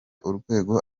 urwego